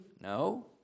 No